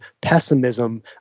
pessimism